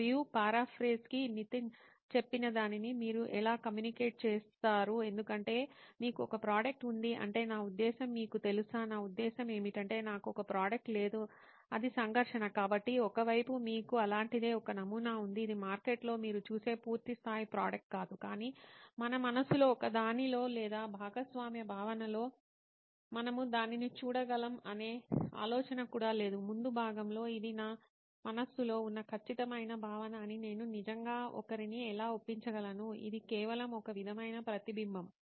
మరియు పారాఫ్రేజ్కి నితిన్ చెప్పినదానిని మీరు ఎలా కమ్యూనికేట్ చేస్తారు ఎందుకంటే మీకు ఒక ప్రోడక్ట్ ఉంది అంటే నా ఉద్దేశ్యం మీకు తెలుసా నా ఉద్దేశ్యం ఏమిటంటే నాకు ఒక ప్రోడక్ట్ లేదు అది సంఘర్షణ కాబట్టి ఒక వైపు మీకు అలాంటిదే ఒక నమూనా ఉంది ఇది మార్కెట్లో మీరు చూసే పూర్తి స్థాయి ప్రోడక్ట్ కాదు కానీ మన మనస్సులో ఒకదానిలో లేదా భాగస్వామ్య భావనలో మనము దానిని చూడగలం అనే ఆలోచన కూడా లేదు ముందు భాగంలో ఇది నా మనస్సులో ఉన్న ఖచ్చితమైన భావన అని నేను నిజంగా ఒకరిని ఎలా ఒప్పించగలను ఇది కేవలం ఒక విధమైన ప్రతిబింబం